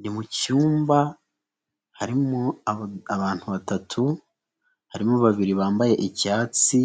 Ni mu cyumba harimo abantu batatu, harimo babiri bambaye icyatsi,